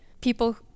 people